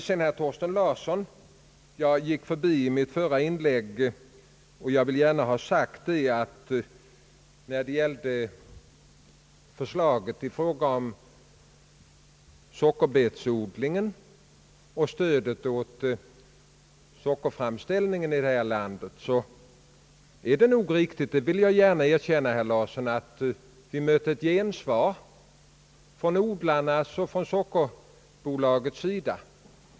Till herr Thorsten Larsson vill jag säga vad jag gick förbi i mitt förra inlägg att förslaget i fråga om sockerbetsodlingen och stödet åt sockerframställningen här i landet nog är riktigt. Jag vill gärna erkänna att vi mötte ett gensvar från odlarnas och sockerbolagets sida.